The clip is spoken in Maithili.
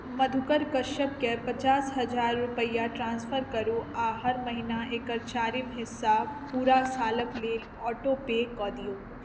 मधुकर कश्यपकेँ पचास हजार रुपैआ ट्रान्सफर करू आ हर महिना एकर चारिम हिस्सा पूरा सालक लेल ऑटोपे कऽ दियौ